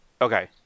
Okay